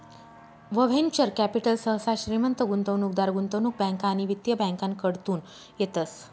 venture capital सहसा श्रीमंत गुंतवणूकदार, गुंतवणूक बँका आणि वित्तीय बँकाकडतून येतस